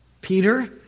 Peter